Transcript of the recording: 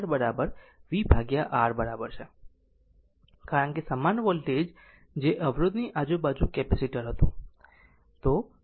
તેથી ir v R બરાબર છે કારણ કે સમાન વોલ્ટેજ જે અવરોધ ની આજુબાજુ કેપેસિટર હતું